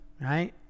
right